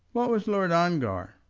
what was lord ongar?